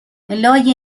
لای